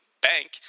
bank